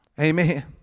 Amen